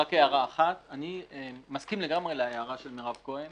רק הערה אחת: אני מסכים לגמרי להערה של מירב כהן,